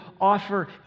offer